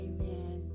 Amen